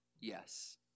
yes